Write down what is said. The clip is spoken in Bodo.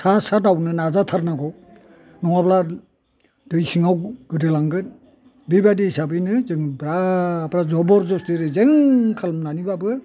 सा सा दावनो नाजाथारनांगौ नङाब्ला दै सिङाव गोदोलांगोन बेबायदि हिसाबैनो जों ब्रा ब्रा जबरजस्थि रेजें खालामनानैब्लाबो